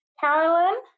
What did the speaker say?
Carolyn